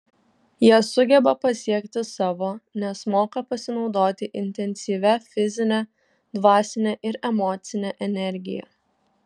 jie sugeba pasiekti savo nes moka pasinaudoti intensyvia fizine dvasine ir emocine energija